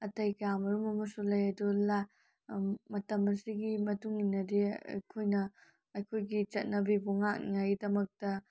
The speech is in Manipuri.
ꯑꯇꯩ ꯀꯌꯥꯃꯔꯨꯝ ꯑꯃꯁꯨ ꯂꯩ ꯑꯗꯨ ꯂꯥ ꯃꯇꯝ ꯑꯁꯤꯒꯤ ꯃꯇꯨꯡ ꯏꯟꯅꯗꯤ ꯑꯩꯈꯣꯏꯅ ꯑꯩꯈꯣꯏꯒꯤ ꯆꯠꯅꯕꯤꯕꯨ ꯉꯥꯛꯅꯤꯡꯉꯥꯏꯗꯃꯛꯇ